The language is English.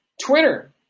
Twitter